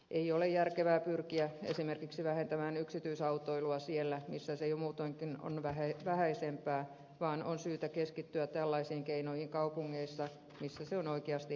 ei ole järkevää pyrkiä esimerkiksi vähentämään yksityisautoilua siellä missä se jo muutoinkin on vähäisempää vaan on syytä keskittyä tällaisiin keinoihin kaupungeissa missä se on oikeasti helpompaa